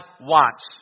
wants